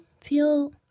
feel